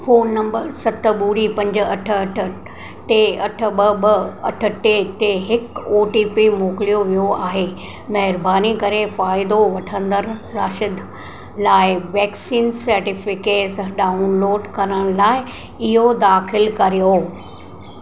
phone number सत ॿुड़ी पंज अठ अठ टे अठ ॿ ॿ अठ टे ते हिकु ओ टी पी मोकिलियो वियो आहे महिरबानी करे फ़ाइदो वठंदड़ राशिद लाइ वैक्सीन सर्टिफिकेस डाउनलोड करण लाइ इहो दाख़िल करियो